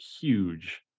huge